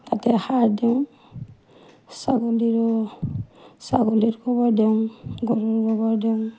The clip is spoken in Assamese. তাতে সাৰ দিওঁ ছাগলীৰো ছাগলীৰো গোবৰ দিওঁ গৰুৰ গোবৰ দিওঁ